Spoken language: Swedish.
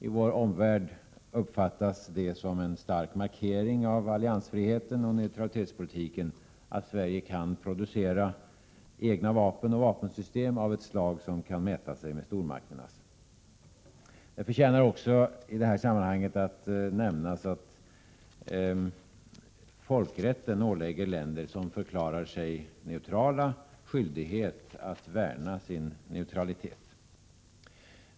I vår omvärld uppfattas det som en stark markering av alliansfriheten och neutralitetspolitiken att Sverige kan producera egna vapen och vapensystem av ett slag som kan mäta sig med stormakternas. Det förtjänar i detta sammanhang också att nämnas att folkrätten ålägger länder som förklarar sig neutrala skyldighet att värna sin neutralitet.